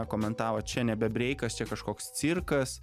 komentavo čia nebe breikas čia kažkoks cirkas